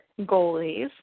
goalies